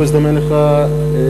לא הזדמן לך למלא,